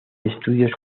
estudios